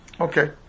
Okay